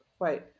wait